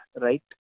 right